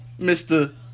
Mr